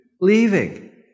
leaving